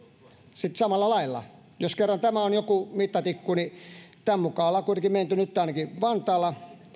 sitten samalla lailla jos kerran tämä on joku mittatikku niin kun tämän mukaan ollaan kuitenkin menty nytten ainakin vantaalla